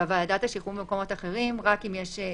בדיוק.